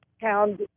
town